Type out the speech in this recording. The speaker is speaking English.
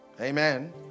Amen